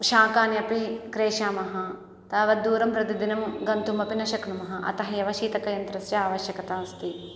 शाकानि अपि क्रेष्यामः तावद्दूरं प्रतिदिनं गन्तुमपि न शक्नुमः अतः एव शीतकयन्त्रस्य आवश्यकता अस्ति